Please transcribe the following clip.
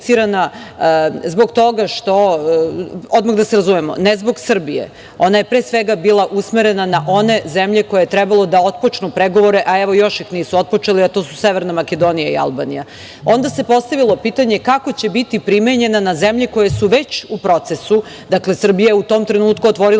zbog toga što, odmah da se razumemo, ne zbog Srbije, ona je pre svega bila usmerena na one zemlje koje je trebalo da otpočnu pregovore, a evo još ih nisu otpočeli, a to su Severna Makedonija i Albanija. Onda se postavilo pitanje, kako će biti primenjena na zemlje koje su već u procesu? Dakle, Srbija je u tom trenutku otvorila